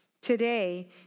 today